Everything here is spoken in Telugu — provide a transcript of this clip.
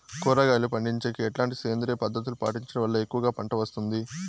కూరగాయలు పండించేకి ఎట్లాంటి సేంద్రియ పద్ధతులు పాటించడం వల్ల ఎక్కువగా పంట వస్తుంది?